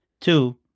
Two